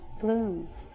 blooms